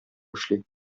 эшли